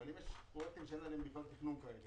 אבל אם יש פרויקטים שאין עליהם תכנון כזה?